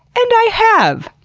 and i have!